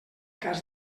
cas